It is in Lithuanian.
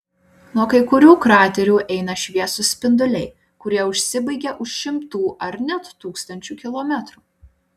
nuo kai kurių kraterių eina šviesūs spinduliai kurie užsibaigia už šimtų ar net tūkstančių kilometrų